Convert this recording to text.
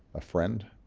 a friend,